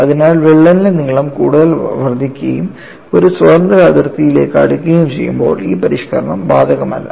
അതിനാൽ വിള്ളലിന്റെ നീളം കൂടുതൽ വർദ്ധിക്കുകയും ഒരു സ്വതന്ത്ര അതിർത്തിയിലേക്ക് അടുക്കുകയും ചെയ്യുമ്പോൾ ഈ പരിഷ്ക്കരണം ബാധകമല്ല